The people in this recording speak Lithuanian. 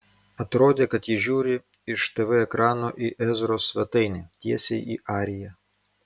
atrodė kad ji žiūri iš tv ekrano į ezros svetainę tiesiai į ariją